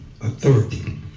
authority